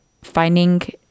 finding